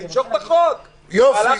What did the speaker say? נציגי משרד הבריאות יסבירו, בבקשה, מיכל.